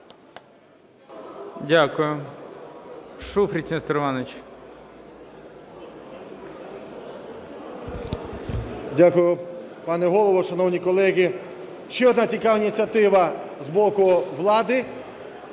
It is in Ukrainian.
Дякую. Шуфрич Нестор Іванович.